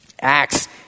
Acts